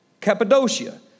Cappadocia